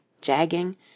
jagging